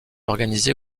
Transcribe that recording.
organisé